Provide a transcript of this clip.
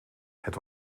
het